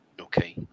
Okay